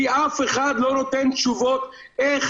כי אף אחד לא נותן תשובות איך,